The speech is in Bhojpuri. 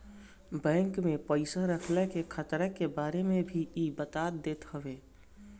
बैंक में पईसा रखला के खतरा के बारे में भी इ बता देत हवे